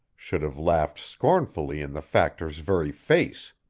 should have laughed scornfully in the factor's very face.